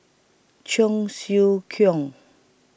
Cheong Siew Keong